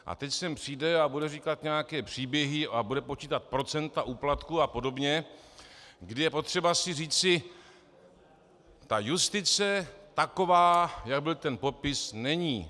A teď sem přijde a bude říkat nějaké příběhy a bude počítat procenta úplatků apod., kdy je potřeba si říci: ta justice taková, jak byl ten popis, není.